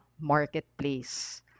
marketplace